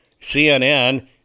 CNN